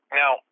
now